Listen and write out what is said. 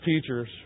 teachers